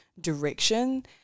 direction